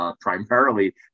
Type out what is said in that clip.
Primarily